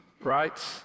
Right